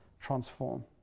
transform